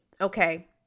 Okay